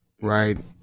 right